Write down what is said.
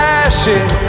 ashes